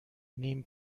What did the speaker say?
نیم